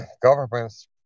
governments